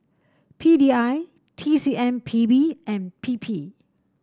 P D I T C M P B and P P